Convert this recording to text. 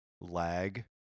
lag